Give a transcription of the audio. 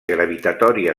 gravitatòria